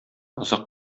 озак